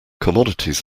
commodities